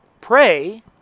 pray